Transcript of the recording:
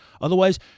Otherwise